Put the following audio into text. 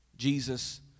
Jesus